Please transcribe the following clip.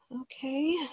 Okay